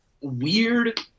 weird